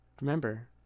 Remember